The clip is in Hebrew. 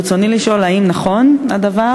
גברתי סגנית השר,